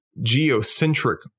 geocentric